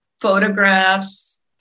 photographs